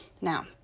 Now